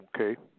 Okay